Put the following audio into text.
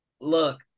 Look